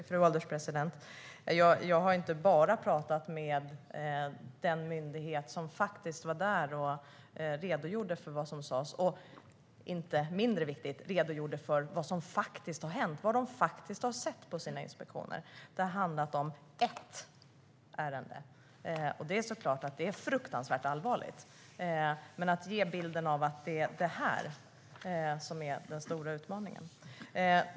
Fru ålderspresident! Jag har inte bara pratat med den myndighet som faktiskt var där och redogjorde för vad som sas och, inte mindre viktigt, vad som faktiskt har hänt - vad de faktiskt har sett på sina inspektioner. Det har handlat om ett ärende. Det är klart att det är fruktansvärt allvarligt, men man kan inte ge bilden att det är detta som är den stora utmaningen.